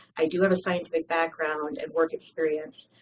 i do have a scientific background and work experience.